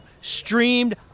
streamed